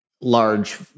large